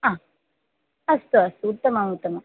हा अस्तु अस्तु उत्तमम् उत्तमम्